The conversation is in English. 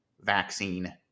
vaccine